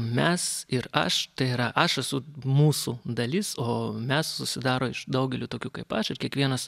mes ir aš tai yra aš esu mūsų dalis o mes susidaro iš daugelio tokių kaip aš ir kiekvienas